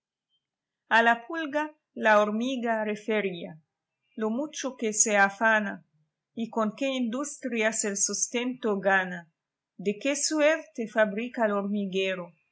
a la pulga la hormiga refería lo mucho que se afana y con qué industrias el sustento gana de qué suerte fabrica el hormiguero